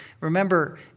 Remember